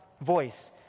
voice